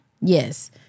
Yes